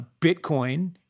Bitcoin